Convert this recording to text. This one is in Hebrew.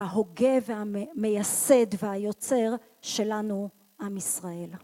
ההוגה והמייסד והיוצר שלנו, עם ישראל.